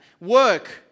Work